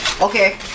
okay